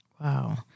Wow